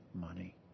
money